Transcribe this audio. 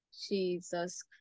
Jesus